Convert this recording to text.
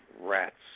rats